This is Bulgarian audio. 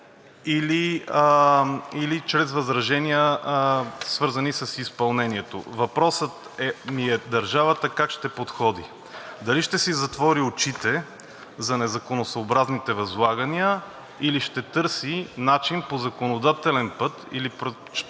или чрез възражения, свързани с изпълнението? Въпросът ми е държавата как ще подходи? Дали ще си затвори очите за незаконосъобразните възлагания, или ще търси начин по законодателен път или